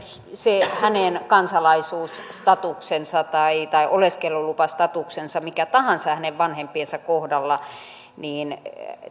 se hänen kansalaisuus statuksensa tai tai oleskelulupastatuksensa mikä tahansa hänen vanhempiensa kohdalla